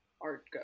art